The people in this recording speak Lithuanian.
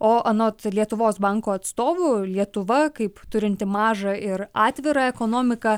o anot lietuvos banko atstovų lietuva kaip turinti mažą ir atvirą ekonomiką